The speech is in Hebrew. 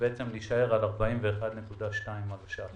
ולהישאר על 41.2 מיליון ש"ח.